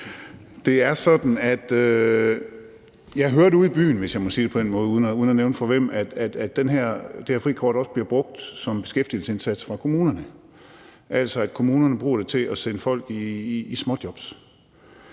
at nævne fra hvem – at det her frikort også bliver brugt som beskæftigelsesindsats i kommunerne, at kommunerne altså bruger det til at sende folk i småjobs.